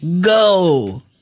Go